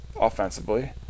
offensively